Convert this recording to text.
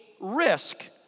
risk